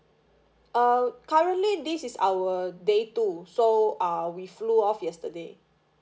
err currently this is our day two so uh we flew off yesterday